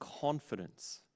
confidence